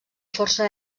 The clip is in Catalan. força